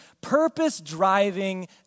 purpose-driving